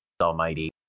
almighty